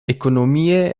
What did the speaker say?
ekonomie